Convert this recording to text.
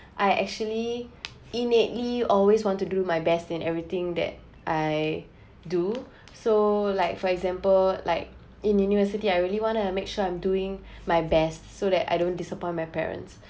I actually innately always want to do my best in everything that I do so like for example like in university I really want to make sure I'm doing my best so that I don't disappoint my parents